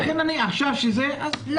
אז לכן נניח עכשיו שזה, אז מה הבעיה?